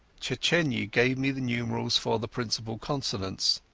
aczechenyia gave me the numerals for the principal consonants.